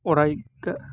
अराय